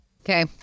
Okay